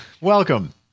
Welcome